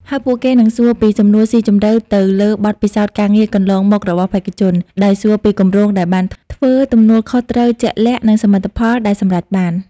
ហើយពួកគេនឹងសួរពីសំណួរសុីជម្រៅទៅលើបទពិសោធន៍ការងារកន្លងមករបស់បេក្ខជន ដោយសួរពីគម្រោងដែលបានធ្វើ ទំនួលខុសត្រូវជាក់លាក់ និងសមិទ្ធផលដែលសម្រេចបាន។